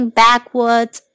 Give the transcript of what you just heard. backwards